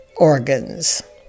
organs